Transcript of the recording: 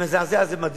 זה מזעזע, זה מדהים.